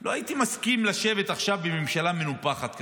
לא הייתי מסכים לשבת עכשיו בממשלה מנופחת כזאת,